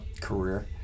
career